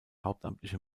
hauptamtliche